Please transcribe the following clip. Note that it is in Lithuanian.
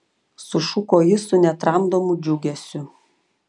sušuko ji su netramdomu džiugesiu